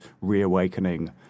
reawakening